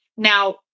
Now